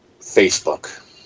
Facebook